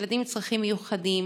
ילדים עם צרכים מיוחדים,